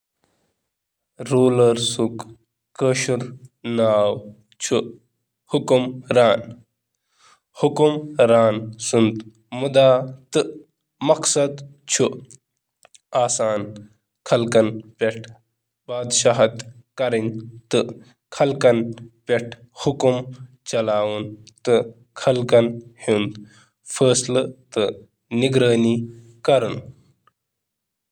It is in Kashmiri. کشمیٖری منٛز حُکُمران سُنٛد مطلب چُھ حُکُمران سُنٛد مقصد چُھ لُکن پیٚٹھ حُکوٗمت کَرُن تہٕ سماجس پیٚٹھ نظر تھاوُن۔